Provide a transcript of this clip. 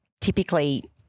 typically